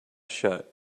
shut